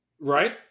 Right